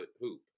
hoop